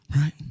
Right